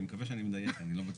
אני מקווה שאני מדייק, אני לא בטוח.